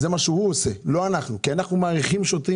זה מה שהוא עושה ולא אנחנו כי אנחנו מעריכים שוטרים